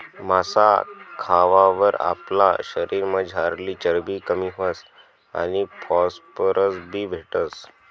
मासा खावावर आपला शरीरमझारली चरबी कमी व्हस आणि फॉस्फरस बी भेटस